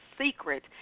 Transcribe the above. secret